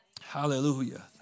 Hallelujah